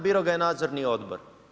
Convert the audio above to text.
Birao ga je Nadzorni odbor.